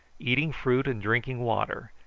eating fruit and drinking water,